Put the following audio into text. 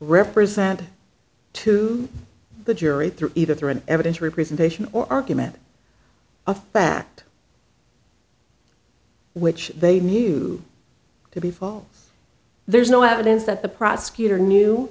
represent to the jury through either through an evidence representation or argument of fact which they knew to be false there's no evidence that the prosecutor knew